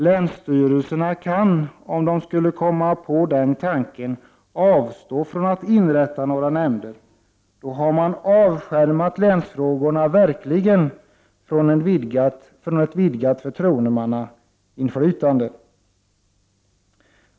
Länsstyrelserna kan, om de skulle komma på den tanken, avstå från att inrätta några nämnder. Då har man verkligen avskärmat länsfrågorna från ett vidgat förtroendemannainflytande.